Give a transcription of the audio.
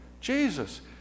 Jesus